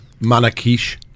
manakish